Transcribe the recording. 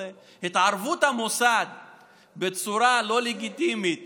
זו התערבות המוסד בצורה לא לגיטימית